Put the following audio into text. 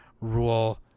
rule